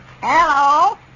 Hello